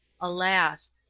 alas